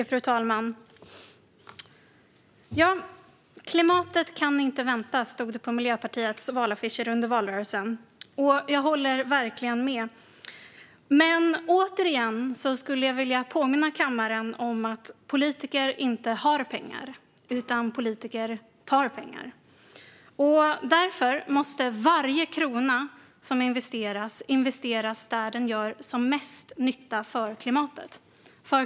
Fru talman! Klimatet kan inte vänta, stod det på Miljöpartiets valaffischer under valrörelsen. Jag håller verkligen med. Men återigen skulle jag vilja påminna kammaren om att politiker inte har pengar, utan tar pengar. Därför måste varje krona som investeras investeras där den gör som mest nytta för klimatet.